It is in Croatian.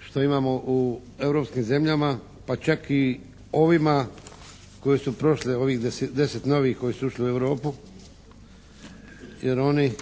što imamo u europskim zemljama, pa čak i ovima koje su prošle ovih deset novih koje su ušle u Europu jer oni